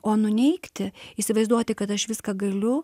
o nuneigti įsivaizduoti kad aš viską galiu